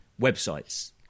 websites